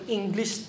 English